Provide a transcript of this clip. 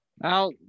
Now